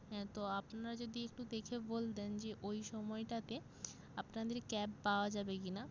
হ্যাঁ তো আপনারা যদি একটু দেখে বলতেন যে ওই সময়টাতে আপনাদের ক্যাব পাওয়া যাবে কি না